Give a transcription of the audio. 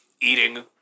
eating